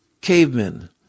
Cavemen